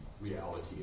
reality